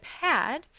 pad